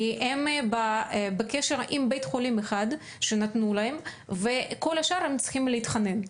כי הם בקשר עם בית חולים אחד שנתנו להם ולכל השאר הם צריכים להתחנן.